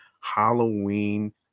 Halloween